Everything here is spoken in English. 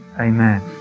Amen